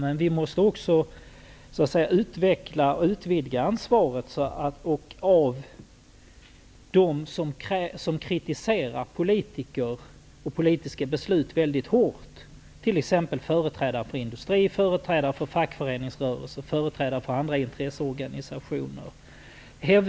Men vi måste också utvidga ansvaret och utkräva ett sådant, bl.a. i miljöfrågorna, av dem som kritiserar politiker och politiska beslut mycket hårt, t.ex. företrädare för industri, för fackföreningsrörelse och för andra intresseorganisationer.